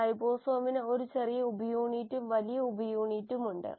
റൈബോസോമിന് ഒരു ചെറിയ ഉപയൂണിറ്റും വലിയ ഉപയൂണിറ്റും ഉണ്ട്